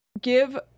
give